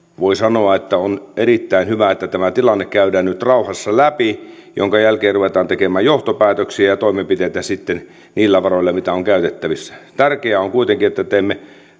voi sanoa että on erittäin hyvä että tämä tilanne käydään nyt rauhassa läpi minkä jälkeen ruvetaan tekemään johtopäätöksiä ja toimenpiteitä sitten niillä varoilla mitä on käytettävissä tärkeää on kuitenkin että teemme